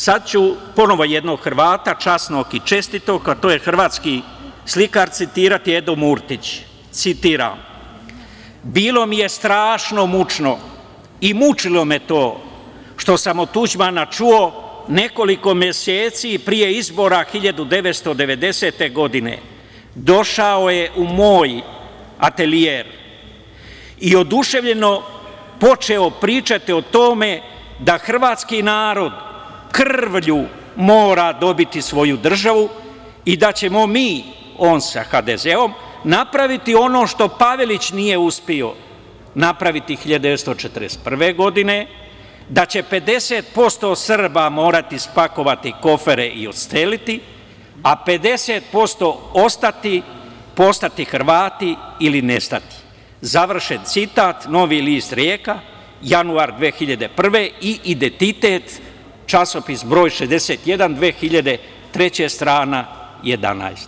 Sada ću ponovo jednog Hrvata, časnog i čestitog, a to je hrvatski slikar Edo Murtić, citiram – bilo mi je strašno mučno i mučilo me je to što sam od Tuđmana čuo nekoliko meseci pre izbora 1990. godine, došao je u moj atelje i oduševljeno počeo pričati o tome da hrvatski narod krvlju mora dobiti svoju državu i da ćemo mi, on sa HDZ, napraviti ono što Pavelić nije uspeo napraviti 1941. godine, da će 50% Srba morati spakovati kofere i odseliti se, a 50% ostati, postati Hrvati ili nestati, završen citat, „Novi list“ Rijeka, januar 2001. godine i identitet časopis br. 61, 2003. godine, strana 11.